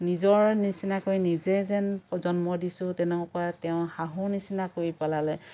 নিজৰ নিচিনাকৈ নিজে যেন জন্ম দিছোঁ তেনেকুৱা তেওঁ শাহু নিচিনা কৰি পেলালে